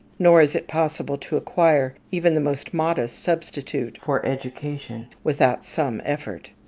nor is it possible to acquire even the most modest substitute for education without some effort.